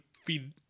Feed